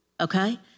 okay